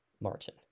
Martin